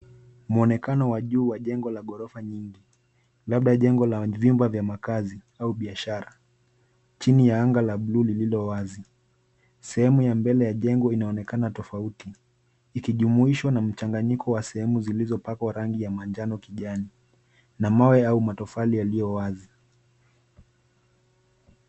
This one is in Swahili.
Mwonekano wa juu wa jengo la ghorofa nyingi, labda jengo la vyumba vya makaazi au biashara chini ya anga la buluu lililowazi. Sehemu ya mbele ya jengo inaonekana tofauti ikijumuishwa na mchanganyiko wa sehemu zilizopakwa rangi ya manjano kijani na mawe au matofali yaliyowazi.